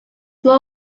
more